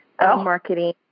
marketing